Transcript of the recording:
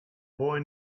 boy